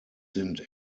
sind